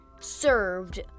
served